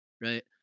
right